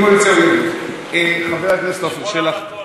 חבר הכנסת עפר שלח,